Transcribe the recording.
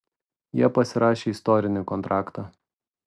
jie pasirašė istorinį kontraktą